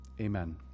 Amen